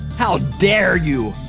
how dare you!